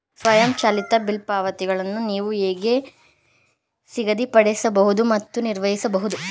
ಸ್ವಯಂಚಾಲಿತ ಬಿಲ್ ಪಾವತಿಗಳನ್ನು ನೀವು ಹೇಗೆ ನಿಗದಿಪಡಿಸಬಹುದು ಮತ್ತು ನಿರ್ವಹಿಸಬಹುದು?